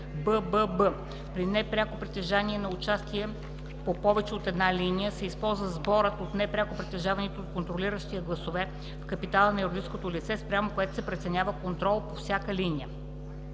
ббб) при непряко притежаване на участие по повече от една линия се използва сборът от непряко притежаваните от контролиращия гласове в капитала на юридическото лице, спрямо което се преценява контрол, по всяка линия“.